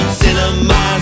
cinema